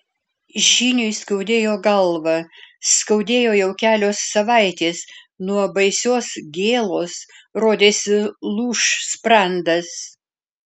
žyniui skaudėjo galvą skaudėjo jau kelios savaitės nuo baisios gėlos rodėsi lūš sprandas